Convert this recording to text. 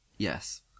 Yes